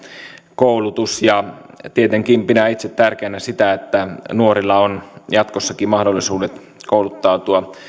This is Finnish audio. koulutus ja tietenkin pidän itse tärkeänä sitä että nuorilla on jatkossakin mahdollisuudet kouluttautua